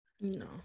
no